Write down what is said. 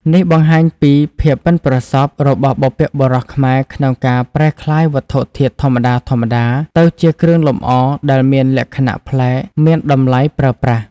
នេះបង្ហាញពី ភាពប៉ិនប្រសប់ របស់បុព្វបុរសខ្មែរក្នុងការប្រែក្លាយវត្ថុធាតុធម្មតាៗ ទៅជាគ្រឿងលម្អដែលមានលក្ខណៈប្លែក មានតម្លៃប្រើប្រាស់។